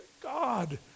God